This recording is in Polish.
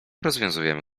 rozwiązujemy